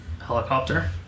helicopter